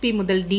P മുതൽ D